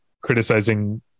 criticizing